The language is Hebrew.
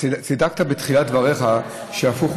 צדקת בתחילת דבריך שהפוך,